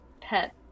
pet